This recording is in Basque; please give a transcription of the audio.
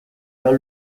lau